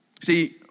See